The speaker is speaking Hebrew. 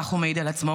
כך הוא מעיד על עצמו,